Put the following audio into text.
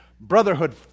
brotherhood